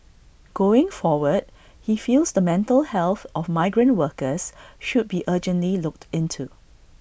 going forward he feels the mental health of migrant workers should be urgently looked into